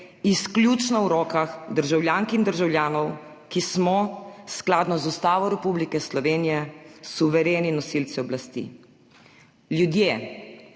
izključno v rokah državljank in državljanov, ki smo, skladno z Ustavo Republike Slovenije, suvereni nosilci oblasti. Ljudje,